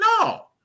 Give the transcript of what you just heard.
No